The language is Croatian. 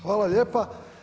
Hvala lijepa.